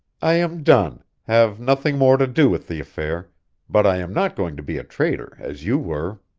i am done have nothing more to do with the affair but i am not going to be a traitor, as you were!